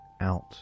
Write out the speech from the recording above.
out